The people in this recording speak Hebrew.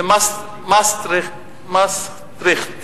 מסטריכט